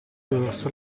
dorso